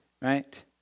Right